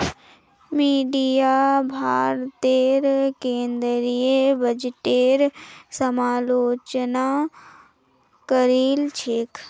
media भारतेर केंद्रीय बजटेर समालोचना करील छेक